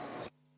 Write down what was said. Kiik!